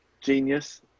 genius